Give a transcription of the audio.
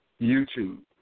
YouTube